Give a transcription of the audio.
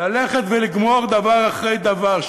ללכת ולגמור דבר אחרי דבר.